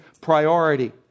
priority